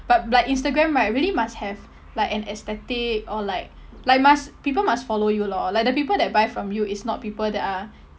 but like instagram right really must have like an aesthetic or like like must people must follow you a lot like the people that buy from you is not people that are